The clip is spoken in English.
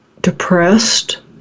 depressed